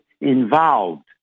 involved